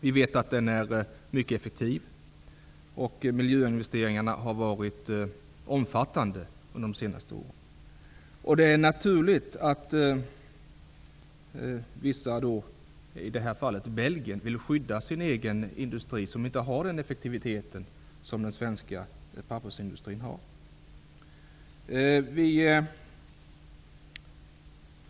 Vi vet att den är mycket effektiv och att miljöinvesteringarna har varit omfattande under de senaste åren. Det är naturligt att vissa länder, i det här fallet Belgien, vill skydda sin egen industri. Den har inte den effektivitet som den svenska pappersindustrin har.